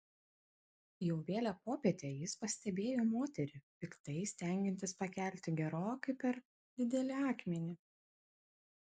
jau vėlią popietę jis pastebėjo moterį piktai stengiantis pakelti gerokai per didelį akmenį